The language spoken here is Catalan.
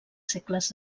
segles